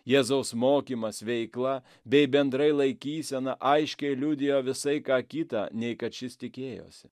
jėzaus mokymas veikla bei bendrai laikysena aiškiai liudijo visai ką kita nei kad šis tikėjosi